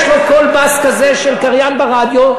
יש לו קול בס כזה של קריין ברדיו,